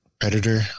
Predator